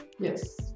Yes